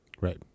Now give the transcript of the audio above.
Right